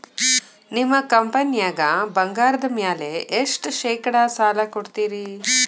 ನಿಮ್ಮ ಕಂಪನ್ಯಾಗ ಬಂಗಾರದ ಮ್ಯಾಲೆ ಎಷ್ಟ ಶೇಕಡಾ ಸಾಲ ಕೊಡ್ತಿರಿ?